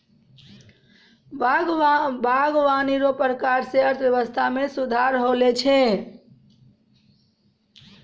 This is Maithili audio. बागवानी रो प्रकार से अर्थव्यबस्था मे सुधार होलो छै